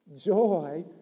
joy